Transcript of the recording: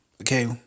Okay